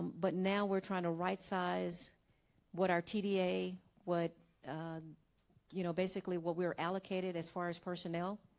but now we're trying to right-size what our tda what you know basically what we were allocated as far as personnel